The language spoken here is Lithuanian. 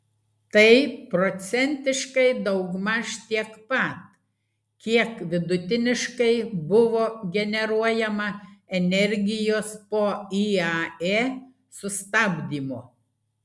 tai procentiškai daugmaž tiek pat kiek vidutiniškai buvo generuojama energijos po iae sustabdymo